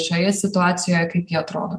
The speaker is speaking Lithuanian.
šioje situacijoje kaip ji atrodo